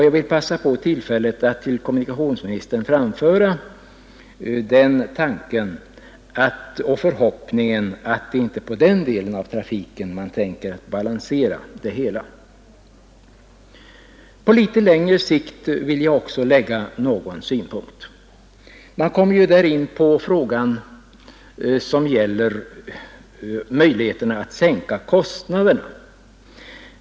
Jag vill begagna tillfället att till kommunikationsministern framföra den förhoppningen att det väl inte är på den delen man tänker balansera Linjeflygs ekonomi. Jag vill också framföra en synpunkt på litet längre sikt. Man kommer därvidlag in på vilka möjligheter som föreligger att sänka kostnaderna.